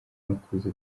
makuza